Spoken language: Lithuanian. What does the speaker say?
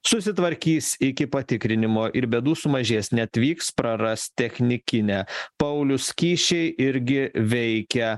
susitvarkys iki patikrinimo ir bėdų sumažės neatvyks praras technikinę paulius kyšiai irgi veikia